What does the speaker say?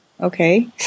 okay